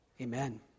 Amen